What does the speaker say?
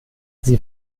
sie